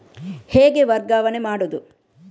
ಹೇಗೆ ವರ್ಗಾವಣೆ ಮಾಡುದು?